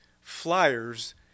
flyers